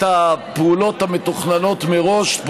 את הפעולות המתוכננות מראש.